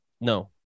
No